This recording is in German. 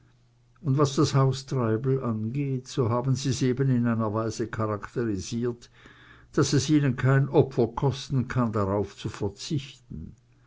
und was das haus treibel angeht so haben sie's eben in einer weise charakterisiert daß es ihnen kein opfer kosten kann darauf zu verzichten